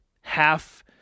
half